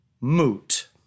moot